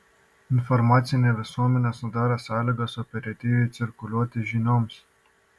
informacinė visuomenė sudaro sąlygas operatyviai cirkuliuoti žinioms